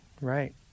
right